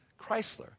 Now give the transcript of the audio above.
Chrysler